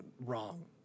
wrong